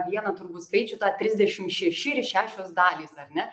vieną turbūt skaičių tą trisdešim šeši ir šešios dalys ar ne